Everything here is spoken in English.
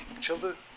children